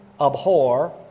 abhor